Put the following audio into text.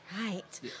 Right